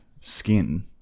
skin